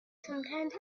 sometimes